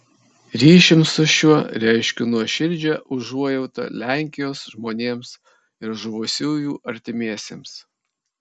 ryšium su šiuo reiškiu nuoširdžią užuojautą lenkijos žmonėms ir žuvusiųjų artimiesiems